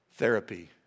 Therapy